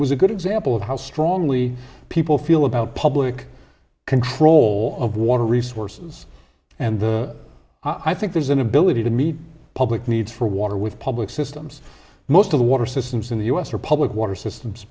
it was a good example of how strongly people feel about public control of water resources and i think there's an ability to meet public needs for water with public systems most of the water systems in the us are public water systems